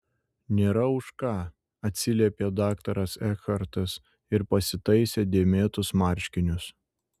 nėra už ką atsiliepė daktaras ekhartas ir pasitaisė dėmėtus marškinius